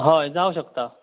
हय जावंक शकता